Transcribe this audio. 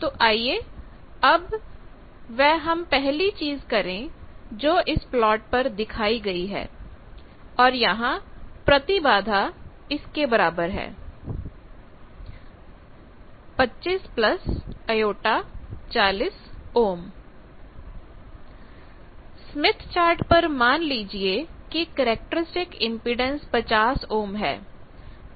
तो आइए अब वह हम पहली चीज करें जो इस प्लॉट पर दिखाई गई है और यहां प्रतिबाधा इस के बराबर है Z 25 j 40 Ω स्मिथ चार्ट पर मान लीजिए कि कैरेक्टरिस्टिक इंपेडेंस 50 ओम है